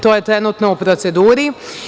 To je trenutno u proceduri.